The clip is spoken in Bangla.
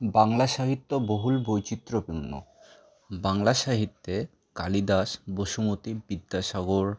বাংলা সাহিত্য বহুল বৈচিত্র্যপূর্ণ বাংলা সাহিত্যে কালিদাস বসুমতি বিদ্যাসাগর